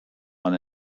man